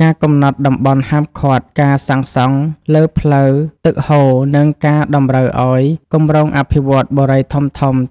ការកំណត់តំបន់ហាមឃាត់ការសាងសង់លើផ្លូវទឹកហូរ និងការតម្រូវឱ្យគម្រោងអភិវឌ្ឍន៍បុរីធំៗ